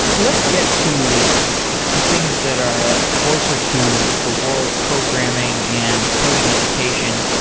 let's get to things that are closer to the world of programing and coding education.